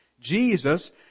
Jesus